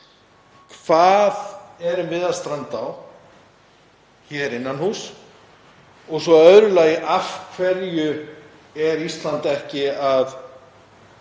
Hverju erum við að stranda á hér innan húss? Og svo í öðru lagi: Af hverju er Ísland ekki að